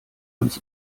uns